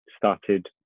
started